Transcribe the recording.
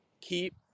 keep